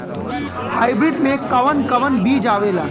Hybrid में कोवन कोवन बीज आवेला?